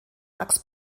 max